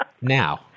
Now